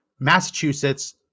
Massachusetts